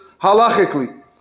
halachically